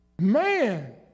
Man